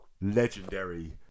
legendary